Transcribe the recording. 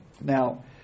Now